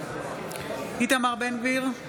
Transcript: איתמר בן גביר,